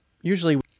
usually